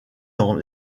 dans